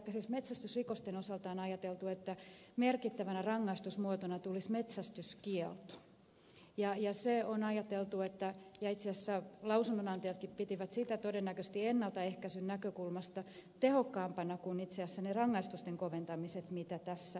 metsästysrikosten osalta on ajateltu että merkittävänä rangaistusmuotona tulisi metsästyskielto ja sen on ajateltu olevan tehokkaampi ja itse asiassa lausunnonantajatkin pitivät sitä todennäköisesti ennaltaehkäisyn näkökulmasta tehokkaampana kuin itse asiassa ne rangaistusten koventamiset joita tässä on